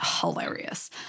hilarious